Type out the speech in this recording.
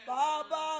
Baba